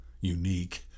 unique